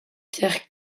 pierre